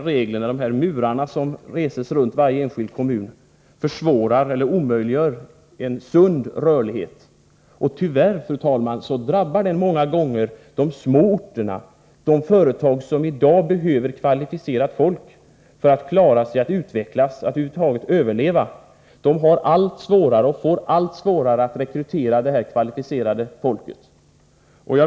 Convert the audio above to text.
Dessa murar som reses runt varje enskild kommun försvårar, eller omöjliggör, en sund rörlighet. Tyvärr, fru talman, drabbar det många gånger de små orterna. De företag som i dag behöver kvalificerad personal för att kunna utvecklas och över huvud taget överleva får allt svårare att rekrytera sådan personal.